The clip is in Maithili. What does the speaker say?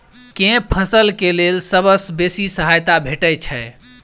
केँ फसल केँ लेल सबसँ बेसी सहायता भेटय छै?